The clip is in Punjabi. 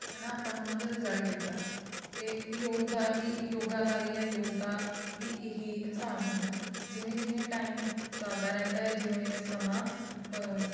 ਹੈ ਨਾ ਆਪਾਂ ਨੂੰ ਉਹਨਾਂ ਦਾ ਰਿਜ਼ਲਟ ਦਿਖਦਾ ਅਤੇ ਯੋਗ ਦਾ ਵੀ ਯੋਗਾ ਦਾ ਵੀ ਆ ਯੋਗ ਦਾ ਵੀ ਇਹੀ ਹਿਸਾਬ ਹੁੰਦਾ ਜਿਵੇਂ ਜਿਵੇਂ ਟਾਈਮ ਚੱਲਦਾ ਰਹਿੰਦਾ ਆ ਜਿਵੇਂ ਜਿਵੇਂ ਸਮਾਂ